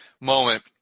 moment